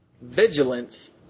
Vigilance